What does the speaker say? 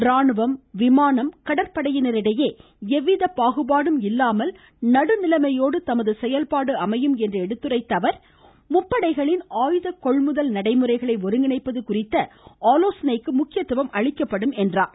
ராணுவம் விமானம் கடற்படையினரிடையே எவ்வித பாகுபாடும் இல்லாமல் நடு நிலைமையோடு தமது செயல்பாடு அமையும் என்று எடுத்துரைத்த அவர் முப்படைகளின் ஆயுதக் கொள்முதல் நடைமுறைகளை ஒருங்கிணைப்பது குறித்த ஆலோசனைக்கு முக்கியத்துவம் அளிக்கப்படும் என்றார்